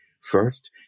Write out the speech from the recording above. first